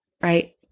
right